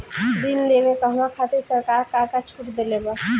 ऋण लेवे कहवा खातिर सरकार का का छूट देले बा?